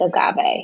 agave